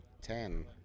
Ten